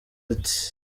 ati